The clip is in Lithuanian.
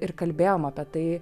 ir kalbėjom apie tai